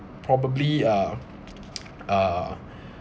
probably uh uh